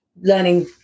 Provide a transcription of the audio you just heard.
learning